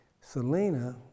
Selena